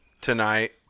tonight